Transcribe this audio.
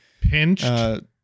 pinched